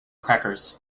crackers